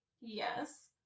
Yes